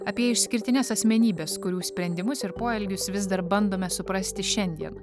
apie išskirtines asmenybes kurių sprendimus ir poelgius vis dar bandome suprasti šiandien